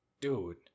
dude